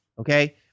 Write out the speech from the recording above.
okay